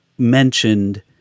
mentioned